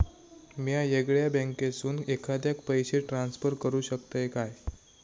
म्या येगल्या बँकेसून एखाद्याक पयशे ट्रान्सफर करू शकतय काय?